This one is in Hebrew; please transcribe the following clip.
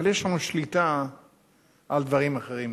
אבל יש לנו שליטה על דברים אחרים.